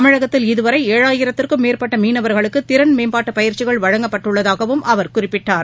தமிழகத்தில் இதுவரை ஏழாயிரத்துக்கும் மேற்பட்ட மீனவர்களுக்கு திறன் மேம்பாட்டுப் பயிற்சிகள் வழங்கப்பட்டுள்ளதாகவும் அவர் குறிப்பிட்டார்